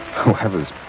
whoever's